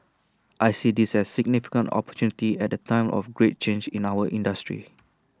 I see this as significant opportunity at A time of great change in our industry